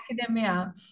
academia